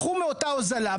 קחו מאותה הוזלה,